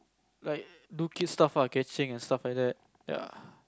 like do kid stuff ah catching and stuff like that ya